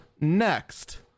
next